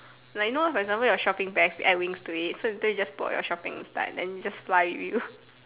like you know one example your shopping bags you add wings to it so later you just put all your shopping inside then you just fly it with you